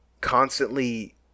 constantly